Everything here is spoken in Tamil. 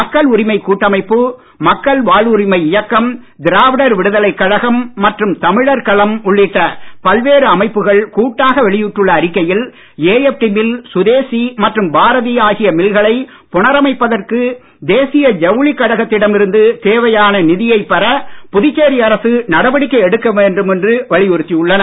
மக்கள் உரிமைக் கூட்டமைப்பு மக்கள் வாழ்வுரிமை இயக்கம் திராவிடர் விடுதலைக் கழகம் மற்றும் தமிழர் களம் உள்ளிட்ட பல்வேறு அமைப்புகள் கூட்டாக வெளியிட்டுள்ள அறிக்கையில் ஏஎப்டி மில் சுதேசி மற்றும் பாரதி ஆகிய மில்களை புனரமைப்பதற்கு தேசிய ஜவுளி கழகத்திடம் இருந்து தேவையான நிதியைப் பெற புதுச்சேரி அரசு நடவடிக்கை எடுக்க வேண்டும் என்று வலியுறுத்தி உள்ளன